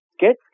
get